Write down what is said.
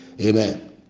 amen